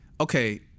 okay